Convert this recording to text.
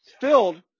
filled